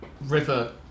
River